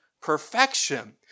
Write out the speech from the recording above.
perfection